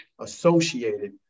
associated